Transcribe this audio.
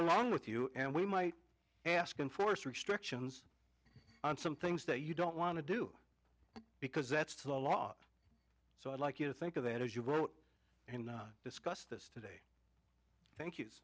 long with you and we might ask and force restrictions on some things that you don't want to do because that's the law so i'd like you to think of that as you go and not discuss this to thank you